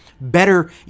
better